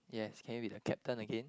yes can you be the captain again